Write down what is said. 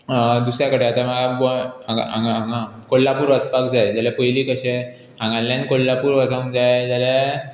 दुसऱ्या कडेन आतां म्हळ्यार गोंय हांग हांगा कोल्हापूर वचपाक जाय जाल्यार पयलीं कशें हांगांतल्यान कोल्हापूर वचूंक जाय जाल्यार